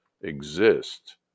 exist